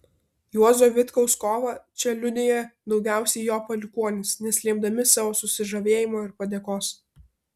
juozo vitkaus kovą čia liudija daugiausiai jo palikuonys neslėpdami savo susižavėjimo ir padėkos